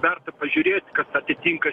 verta pažiūrėt kad atitinka